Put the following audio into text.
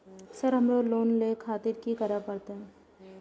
Sir हमरो loan ले खातिर की करें परतें?